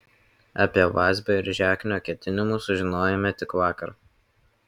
apie vazbio ir žeknio ketinimus sužinojome tik vakar